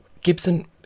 Gibson